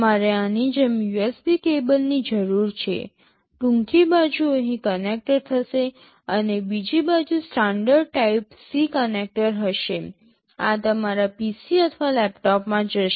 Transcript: તમારે આની જેમ USB કેબલની જરૂર છે ટૂંકી બાજુ અહીં કનેક્ટ થશે અને બીજી બાજુ સ્ટાન્ડર્ડ ટાઇપ C કનેક્ટર હશે આ તમારા PC અથવા લેપટોપમાં જશે